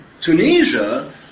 Tunisia